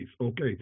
Okay